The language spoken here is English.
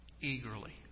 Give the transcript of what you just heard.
eagerly